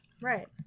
Right